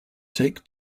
take